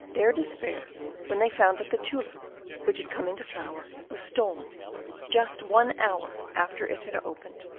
their despair when they found that the tulip which had come into flower was stolen just one hour after it had opened.